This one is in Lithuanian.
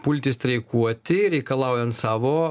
pulti streikuoti reikalaujant savo